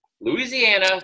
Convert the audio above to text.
Louisiana